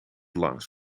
langs